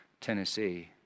Tennessee